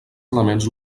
elements